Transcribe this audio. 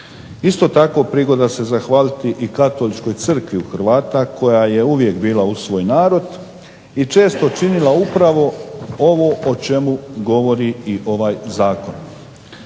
Isto tako prigoda se zahvaliti katoličkoj crkvi u Hrvata koja je uvijek bila uz svoj narod i često činila ovo o čemu govori i ovaj Zakon.